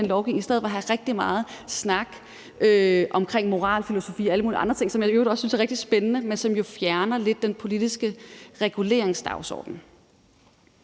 den lovgivning i stedet for at have rigtig meget snak om moralfilosofi, som jeg i øvrigt også synes er rigtig spændende, men som jo lidt fjerner den politiske reguleringsdagsorden.